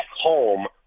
home